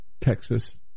Texas